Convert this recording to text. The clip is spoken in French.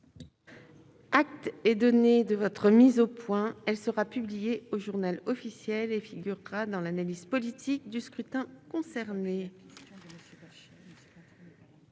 Acte est donné de votre mise au point, elle sera publiée au Journal officiel et figurera dans l'analyse politique du scrutin concernés.